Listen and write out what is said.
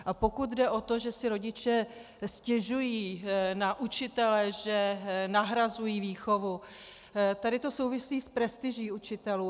A pokud jde o to, že si rodiče stěžují na učitele, že nahrazují výchovu, tady to souvisí s prestiží učitelů.